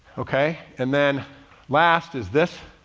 okay. and then last is this.